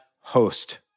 host